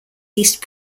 east